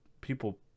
people